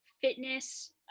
fitness